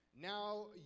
Now